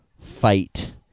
fight